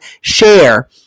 Share